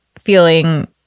feeling